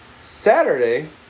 Saturday